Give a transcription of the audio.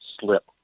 slip